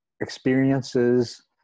experiences